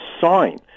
sign